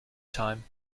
time